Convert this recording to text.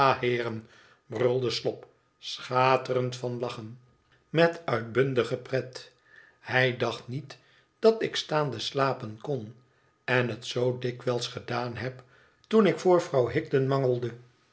brulde slop schaterend van lachen met uitbundige pret hij dacht niet dat ik staande slapen kon en het zoo dikwijls gedaan heb toen ik voor vrouw higden mangeldel